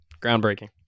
groundbreaking